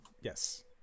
Yes